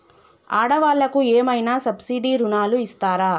ఆడ వాళ్ళకు ఏమైనా సబ్సిడీ రుణాలు ఇస్తారా?